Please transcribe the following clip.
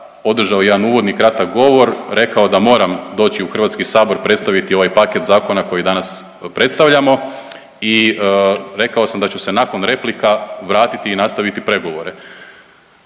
održao jedan uvodni, kratak govor, rekao da moram doći u HS predstaviti ovaj paket zakona koji danas predstavljamo i rekao sam da ću se nakon replika vratiti i nastaviti pregovore.